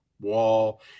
wall